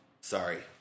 sorry